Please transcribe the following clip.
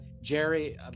Jerry